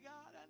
God